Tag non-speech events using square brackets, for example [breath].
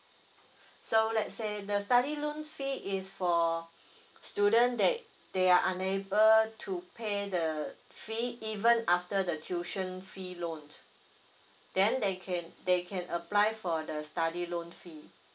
so let's say the study loan fee is for [breath] student that they are unable to pay the fee even after the tuition fee loan then they can they can apply for the study loan fee